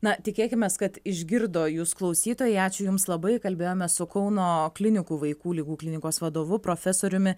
na tikėkimės kad išgirdo jus klausytojai ačiū jums labai kalbėjome su kauno klinikų vaikų ligų klinikos vadovu profesoriumi